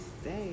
stay